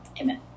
amen